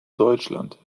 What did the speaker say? deutschland